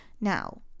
Now